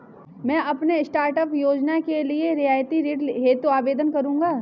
मैं अपने स्टार्टअप योजना के लिए रियायती ऋण हेतु आवेदन करूंगा